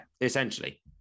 essentially